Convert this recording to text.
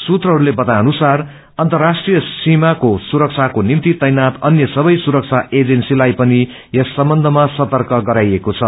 सूत्रहरूले बताए कि अर्न्तराष्ट्रिय सीमाको सुरक्षाको निम्ति तैनात अन्य सबै सुरक्षा एजेन्सीलाई पनि यस सम्बन्धमा सतर्क गराइएको छ